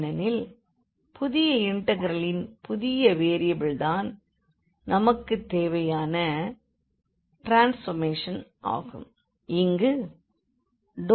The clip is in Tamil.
ஏனெனில் புதிய இண்டெக்ரலின் புதிய வேரியபிள் தான் நமக்குத் தேவையான டிரான்ஸ்போர்மேஷன் ஆகும்